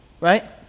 Right